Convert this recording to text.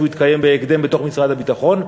יתקיים בהקדם בתוך משרד הביטחון.